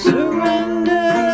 Surrender